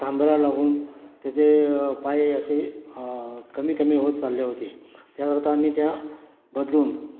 लागून त्याचे पाय असे कमी कमी होत चालले होते त्याकरता आम्ही त्या बदलून